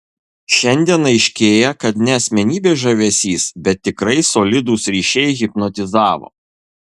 šiandien aiškėja kad ne asmenybės žavesys bet tikrai solidūs ryšiai hipnotizavo